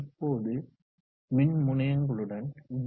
இப்போது மின் முனையங்களுடன் டி